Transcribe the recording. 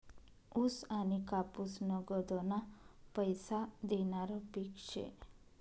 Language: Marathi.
ऊस आनी कापूस नगदना पैसा देनारं पिक शे